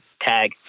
tag